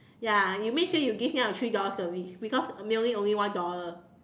ya you make sure you give me a three dollar service because mailing only one dollar